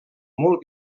molt